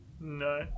no